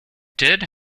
did